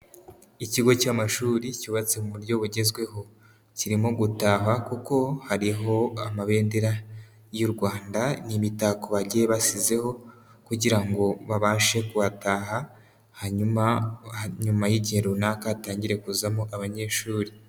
Ikigo cy'amashuri cyubatse mu buryo bugezweho, kirimo gutahwa kuko hariho amabendera y'u Rwanda, ni imitako bagiye basizeho kugira ngo babashe kuhataha, hanyuma nyuma y'igihe runaka hatangire kuzamo abanyeshuri.